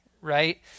right